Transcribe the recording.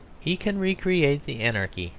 he can re-create the anarchy,